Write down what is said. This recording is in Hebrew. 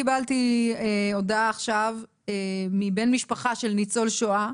קיבלתי הודעה עכשיו מבן משפחה של ניצול שואה,